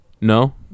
no